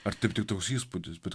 ar taip tik toks įspūdis bet